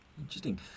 Interesting